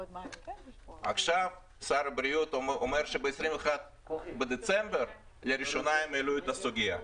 עכשיו שר הבריאות אומר שב-21 בדצמבר לראשונה הם העלו את הסוגיה.